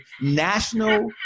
National